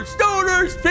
Stoner's